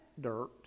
dirt